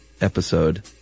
episode